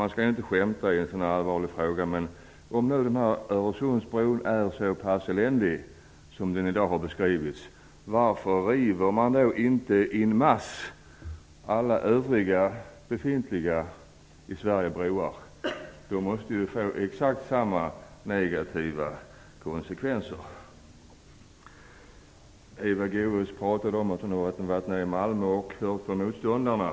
Man skall inte skämta i en sådan här allvarlig fråga, men om nu Öresundsbron är så pass eländig som den i dag har beskrivits, varför river man då inte en masse alla övriga befintliga broar i Sverige? De måste ju innebära exakt samma negativa konsekvenser. Eva Goës pratade om att hon har varit nere i Malmö och hört på motståndarna.